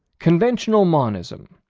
conventional monism,